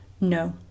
no